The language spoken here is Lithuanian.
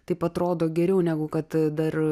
taip atrodo geriau negu kad dar